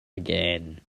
again